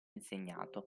insegnato